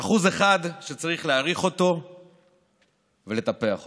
1% שצריך להעריך ולטפח אותו.